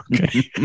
Okay